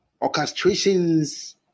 orchestrations